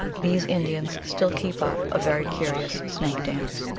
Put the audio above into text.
these indians still keep up a very curious snake-dance.